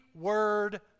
word